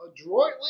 adroitly